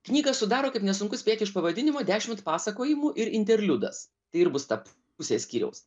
knygą sudaro kaip nesunku spėti iš pavadinimo dešimt pasakojimų ir interliudas tai ir bus ta pusė skyriaus